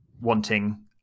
wanting